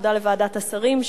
תודה לוועדת השרים,